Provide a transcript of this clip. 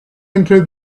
into